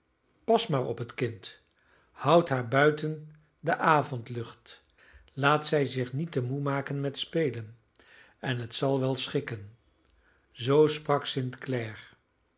pas maar op het kind houd haar buiten de avondlucht laat zij zich niet te moe maken met spelen en het zal wel schikken zoo sprak